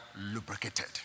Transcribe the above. lubricated